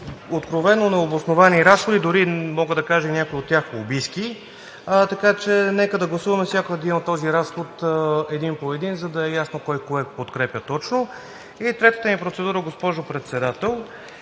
откровено необосновани разходи, дори мога да кажа някои от тях лобистки, така че нека да гласуваме всеки разход един по един, за да е ясно кой кое подкрепя точно. И третата ми процедура, госпожо Председател,